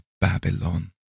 Babylon